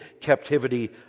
captivity